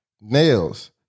Nails